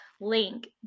Link